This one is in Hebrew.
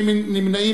מי נמנע?